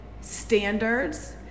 standards